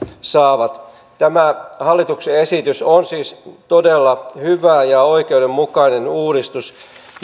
saavat tämä hallituksen esitys on siis todella hyvä ja oikeudenmukainen uudistus